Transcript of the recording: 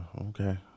okay